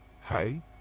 hey